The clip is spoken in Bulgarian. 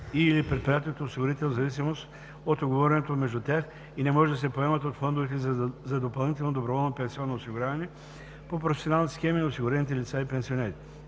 и/или предприятието осигурител в зависимост от уговореното между тях и не могат да се поемат от фондовете за допълнително доброволно пенсионно осигуряване по професионални схеми и осигурените лица и пенсионерите.